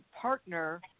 partner